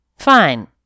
Fine